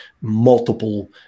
multiple